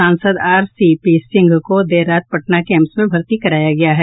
सांसद आरसीपी सिंह को देर रात पटना के एम्स में भर्ती कराया गया है